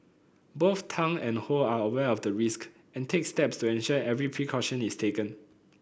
both Tang and Ho are aware of the risk and take steps to ensure every precaution is taken